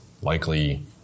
likely